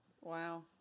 Wow